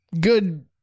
good